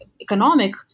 economic